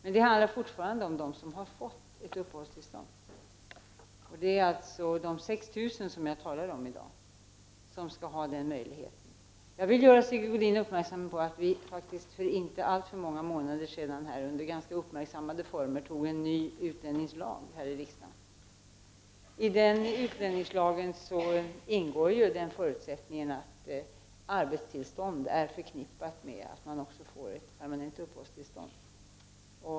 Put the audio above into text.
Men det handlar fortfarande om dem som har fått ett uppehållstillstånd. Jag talar alltså om de 6 000 som i dag har fått tillstånd. Jag vill göra Sigge Godin uppmärksam på att vi faktiskt för inte alltför många månader sedan under ganska uppmärksammade former antog en ny utlänningslag här i riksdagen. I den utlänningslagen ingår att arbetstillstånd är förknippat med att man också får ett permanent uppehållstillstånd.